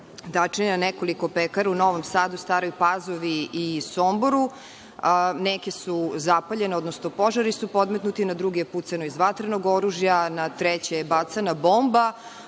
na nekoliko pekara u Novom Sadu, Staroj Pazovi i Somboru. Neke su zapaljene, odnosno požari su podmetnuti, na druge pucano iz vatrenog oružja, a na treće je bačena bomba,